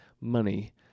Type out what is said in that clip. Money